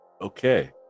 Okay